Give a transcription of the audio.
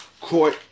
court